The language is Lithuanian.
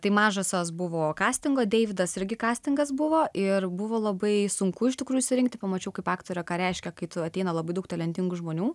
tai mažosios buvo kastingo deividas irgi kastingas buvo ir buvo labai sunku iš tikrųjų surinkti pamačiau kaip aktorė ką reiškia kai tu ateina labai daug talentingų žmonių